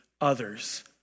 others